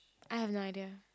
I have no idea